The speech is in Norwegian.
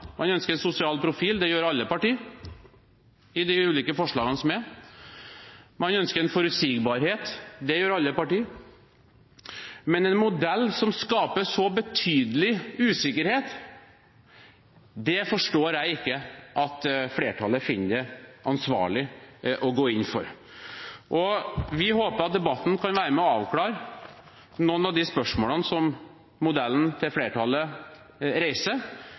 Man ønsker en sosial profil – det gjør alle partier i de ulike forslagene som er. Man ønsker en forutsigbarhet – det gjør alle partier. Men en modell som skaper så betydelig usikkerhet, forstår jeg ikke at flertallet finner det ansvarlig å gå inn for. Vi håper at debatten kan være med og avklare noen av de spørsmålene som modellen til flertallet reiser,